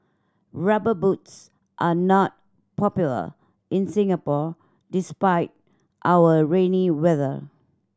Rubber Boots are not popular in Singapore despite our rainy weather